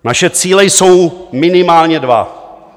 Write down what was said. Naše cíle jsou minimálně dva.